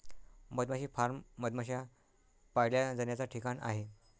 मधमाशी फार्म मधमाश्या पाळल्या जाण्याचा ठिकाण आहे